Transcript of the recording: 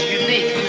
unique